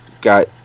got